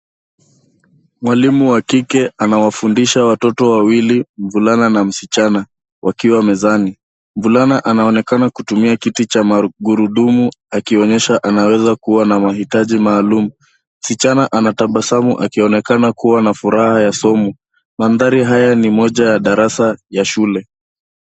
Mwalimu wa kike anawafundisha watoto wawili mvulana na msichana wakiwa mezani. Mvulana anaonekana kutumia kiti cha magurudumu akionyesha anaweza kuwa na mahitaji maalum. Msichana anatabasamu akionekana kuwa na furaha ya somo . Manthari haya ni moja ya darasa ya shule.